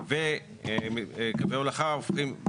וקווי הולכה הופכים,